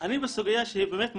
אני בסוגיה שהיא באמת מצחיקה.